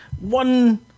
one